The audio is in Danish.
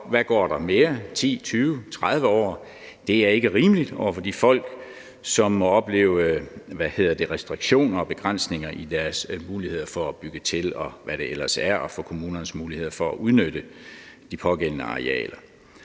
hvad går der mere – 10, 20 eller 30 år? Det er ikke rimeligt over for de folk, som oplever restriktioner og begrænsninger i deres muligheder for at bygge til, og hvad de ellers vil, og for kommunernes muligheder for at udnytte de pågældende arealer.